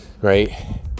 right